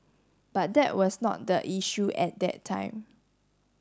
but that was not the issue at that time